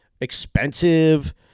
expensive